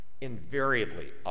invariably